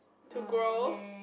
to grow